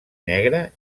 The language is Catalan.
negre